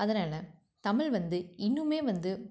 அதனால் தமிழ் வந்து இன்னும் வந்து